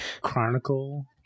Chronicle